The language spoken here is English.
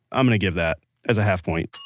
i'm going to give that as a half point.